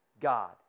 God